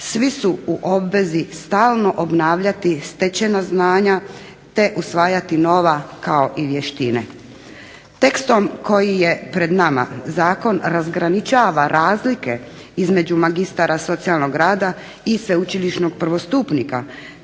Svi su u obvezi stalno obnavljati stečena zvanja te usvajati nova kao i vještine. Tekstom koji je pred nama Zakon razgraničava razlike između magistara socijalnog rada i sveučilišnog prvostupnika,